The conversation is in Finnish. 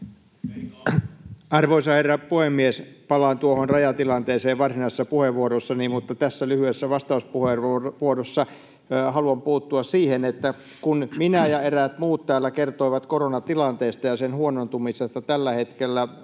Arvoisa herra puhemies! Palaan tuohon rajatilanteeseen varsinaisessa puheenvuorossani, mutta tässä lyhyessä vastauspuheenvuorossa haluan puuttua siihen, että kun minä ja eräät muut täällä kerroimme koronatilanteesta ja sen huonontumisesta tällä hetkellä, huudettiin